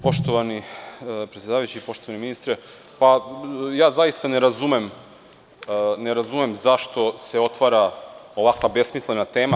Poštovani predsedavajući, poštovani ministre, ja zaista ne razumem zašto se otvara ovakva besmislena tema.